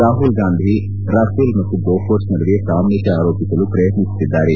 Rahul Gandhi Rafale ಮತ್ತು Bofors ನಡುವೆ ಸಾಮ್ನತೆ ಆರೋಪಿಸಲು ಪ್ರಯತ್ನಿಸುತ್ತಿದ್ದಾರೆ